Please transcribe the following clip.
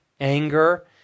anger